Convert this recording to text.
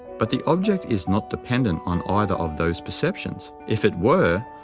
but the object is not dependent on either of those perceptions if it were,